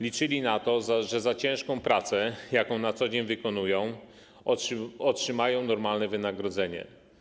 Liczyli na to, że za ciężką pracę, jaką na co dzień wykonują, otrzymają normalne wynagrodzenie.